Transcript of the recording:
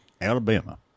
Alabama